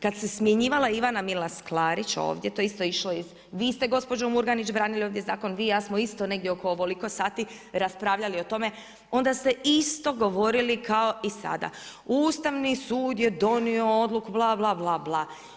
Kada se smjenjivala Ivana Milas Klarić ovdje to je išlo iz, vi ste gospođo Murganić branili ovdje zakon, vi i ja smo isto negdje oko ovoliko sati raspravljali o tome, onda ste isto govorili kao i sada, Ustavni sud je donio odluku bla, bla, bla, bla.